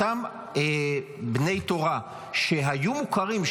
אותם בני תורה שהיו מוכרים,